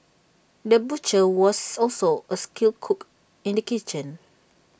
the butcher was also A skilled cook in the kitchen